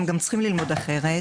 הם גם צריכים ללמוד אחרת.